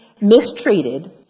mistreated